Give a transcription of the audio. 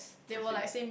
okay